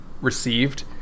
received